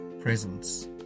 presence